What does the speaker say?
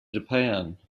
japan